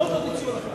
בכל זאת, אני